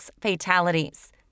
fatalities